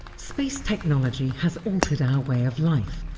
space technology has altered our way of life,